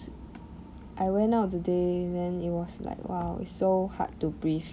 I went out today then it was like !wow! it's so hard to breathe